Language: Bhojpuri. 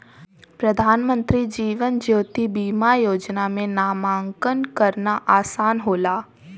प्रधानमंत्री जीवन ज्योति बीमा योजना में नामांकन करना आसान होला